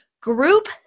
group